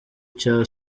cya